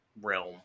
realm